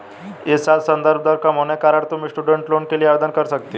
इस साल संदर्भ दर कम होने के कारण तुम स्टूडेंट लोन के लिए आवेदन कर सकती हो